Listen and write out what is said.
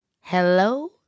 Hello